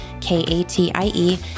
K-A-T-I-E